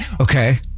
Okay